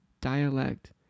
Dialect